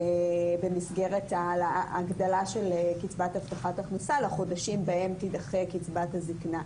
במסגרת ההגדלה של קצבת הבטחת הכנסה לחודשים שבהן תידחה קצבת הזיקנה.